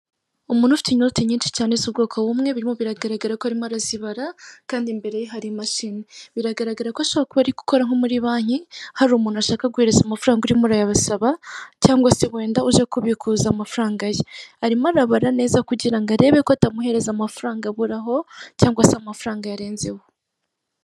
Umuntu ufite inoti nyinshi cyane z'ubwoko bumwe birimo biragaragara ko arimo arazibara kandi imbere ye hari imashini. Biragaragara ko ashobora kuba ari gukora nko muri banki hari umuntu ashaka guhereza amafaranga urimo urayabasaba cyangwa se wenda uje kubikuza amafaranga ye. Arimo arabara neza kugira ngo arebe ko atamuhereza amafaranga aburaho cyangwa se amafaranga yarenzeho.